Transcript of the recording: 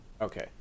Okay